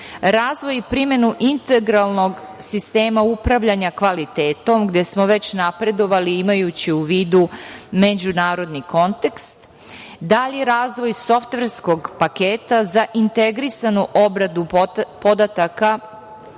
razvoj i primenu integralnog sistema upravljanja kvalitetom, gde smo već napredovali imajući u vidu međunarodni kontekst, dalji razvoj softverskog paketa za integrisanu obradu podataka